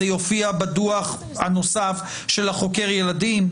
זה יופיע בדוח הנוסף של חוקר הילדים.